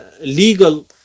legal